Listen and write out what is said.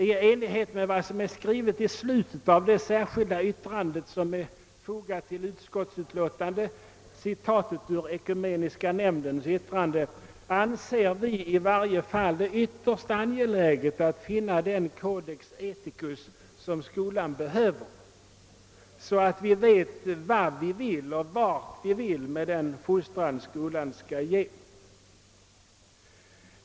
I enlighet med vad som är skrivet i slutet av det särskilda yttrande som är fogat vid utskottets utlåtande, nämligen i citatet av ekumeniska nämndens uttalande, anser i varje fall vi att det är ytterst angeläget att finna den codex ethicus som skolan behöver, så att vi vet vad vi vill och vart vi syftar med den fostran skolan skall ge.